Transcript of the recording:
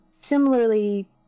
similarly